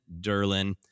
Derlin